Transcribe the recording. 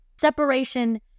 Separation